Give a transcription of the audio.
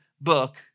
book